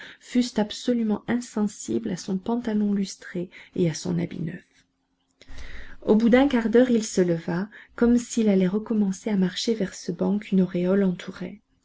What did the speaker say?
fussent absolument insensibles à son pantalon lustré et à son habit neuf au bout d'un quart d'heure il se leva comme s'il allait recommencer à marcher vers ce banc qu'une auréole entourait